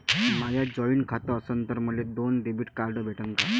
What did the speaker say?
माय joint खातं असन तर मले दोन डेबिट कार्ड भेटन का?